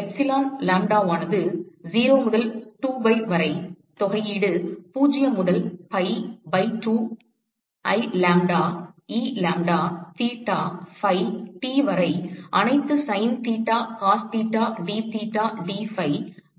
epsilon லாம்ப்டாவானது 0 முதல் 2பை வரை தொகையீடு 0 முதல் pi pi 2 IlambdaE lambda theta phi T வரை அனைத்து sin theta cos theta dtheta dphi